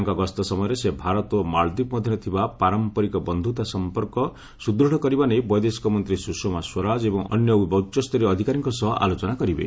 ତାଙ୍କ ଗସ୍ତ ସମୟରେ ସେ ଭାରତ ଓ ମାଲଦୀପ ମଧ୍ୟରେ ଥିବା ପାରମ୍ପାରିକ ବନ୍ଧୁତା ସମ୍ପର୍କଙ୍କ ସଦୂଢ କରିବା ବୈଦେଶିକ ମନ୍ତ୍ରୀ ସୁଷମା ସ୍ୱରାଜ ଏବଂ ଅନ୍ୟ ଉଚ୍ଚସ୍ତରୀୟ ଅଧିକାରୀଙ୍କ ସହ ଆଲୋଚନା କରିବେ